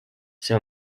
see